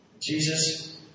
Jesus